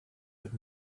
but